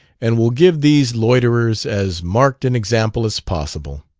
and will give these loiterers as marked an example as possible.